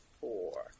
four